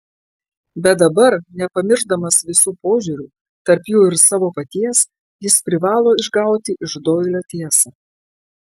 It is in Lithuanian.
bet dabar nepamiršdamas visų požiūrių tarp jų ir savo paties jis privalo išgauti iš doilio tiesą